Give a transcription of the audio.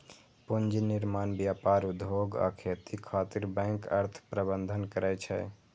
पूंजी निर्माण, व्यापार, उद्योग आ खेती खातिर बैंक अर्थ प्रबंधन करै छै